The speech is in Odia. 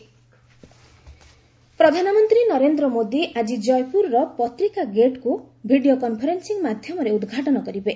ପତ୍ରିକା ଗେଟ୍ ପ୍ରଧାନମନ୍ତ୍ରୀ ନରେନ୍ଦ୍ର ମୋଦୀ ଆଜି ଜୟପୁରର ପତ୍ରିକା ଗେଟ୍କୁ ଭିଡ଼ିଓ କନ୍ଫରେନ୍ ି ମାଧ୍ୟମରେ ଉଦ୍ଘାଟନ କରିବେ